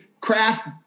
craft